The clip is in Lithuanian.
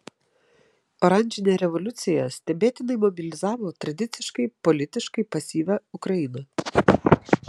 oranžinė revoliucija stebėtinai mobilizavo tradiciškai politiškai pasyvią ukrainą